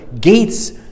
gates